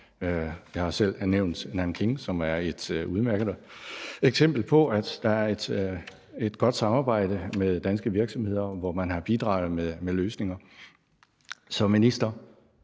Jeg har selv nævnt Nanjing, som er et udmærket eksempel på, at der er et godt samarbejde med danske virksomheder, hvor man har bidraget med løsninger. Så, minister: